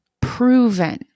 proven